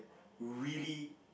really